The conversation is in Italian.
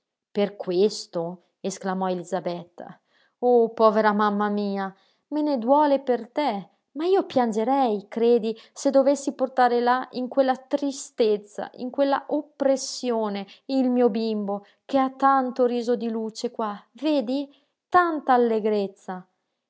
per questo esclamò elisabetta oh povera mamma mia me ne duole per te ma io piangerei credi se dovessi portare là in quella tristezza in quella oppressione il mio bimbo che ha tanto riso di luce qua vedi tanta